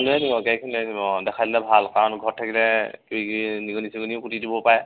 লৈ আনিব গাড়ীখন দেখাই দিলে ভাল কাৰণ ঘৰত থাকিলে কি কি নিগনি চিগনিয়েও কুটি দিব পাৰে